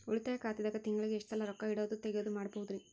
ಉಳಿತಾಯ ಖಾತೆದಾಗ ತಿಂಗಳಿಗೆ ಎಷ್ಟ ಸಲ ರೊಕ್ಕ ಇಡೋದು, ತಗ್ಯೊದು ಮಾಡಬಹುದ್ರಿ?